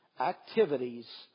activities